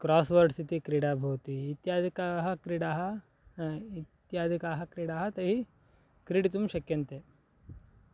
cross words इति क्रीडा भवति इत्यादिकाः क्रीडाः इत्यादिकाः क्रीडाः तैः क्रीडितुं शक्यन्ते